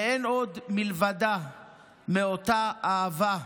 ואין עוד מלבדה מאותה אהבה,